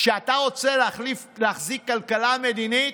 כשאתה רוצה להחזיק כלכלה מדינית,